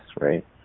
right